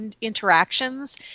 interactions